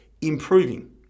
improving